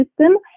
system